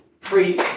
free